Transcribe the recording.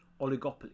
oligopoly